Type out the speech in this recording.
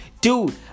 Dude